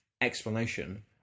explanation